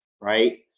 right